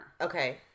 Okay